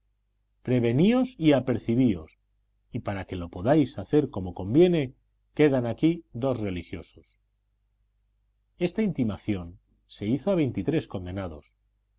preveníos y apercibíos y para que lo podáis hacer como conviene quedan aquí dos religiosos esta intimación se hizo a veintitrés condenados